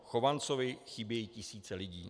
Chovancovi chybějí tisíce lidí.